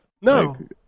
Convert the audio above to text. No